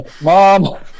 mom